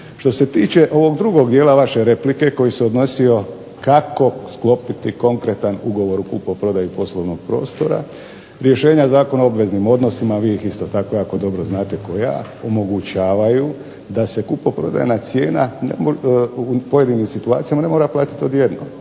Što se tiče ovog drugog dijela vaše replike koji se odnosio kako sklopiti konkretan ugovor o kupoprodaji poslovnog prostora, rješenja Zakona o obveznim odnosima, vi ih isto tako jako dobro znate kao ja, omogućavaju da se kupoprodajna cijena u pojedinim situacijama ne mora platiti odjednom,